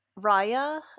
Raya